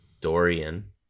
Dorian